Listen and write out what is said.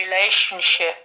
relationship